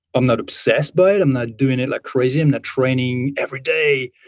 i'm not obsessed by it. i'm not doing it like crazy. i'm not training every day,